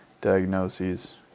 diagnoses